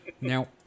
Now